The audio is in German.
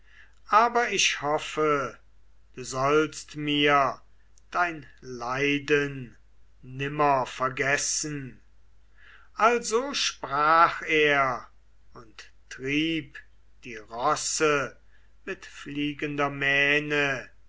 aber ich hoffe du sollst mir dein leiden nimmer vergessen also sprach er und trieb die rosse mit fliegender mähne